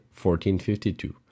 1452